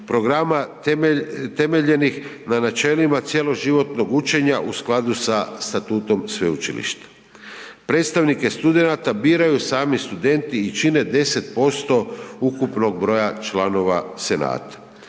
programa temeljenih na načelima cjeloživotnog učenja u skladu sa statutom sveučilišta. Predstavnike studenata biraju sami studenti i čine 10% ukupnog broja članova senata.